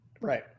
Right